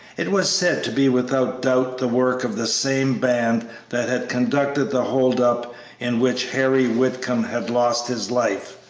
it was said to be without doubt the work of the same band that had conducted the hold-up in which harry whitcomb had lost his life,